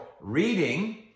reading